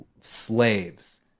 slaves